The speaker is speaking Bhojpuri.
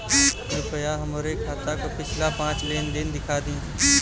कृपया हमरे खाता क पिछला पांच लेन देन दिखा दी